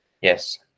Yes